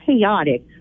chaotic